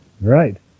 Right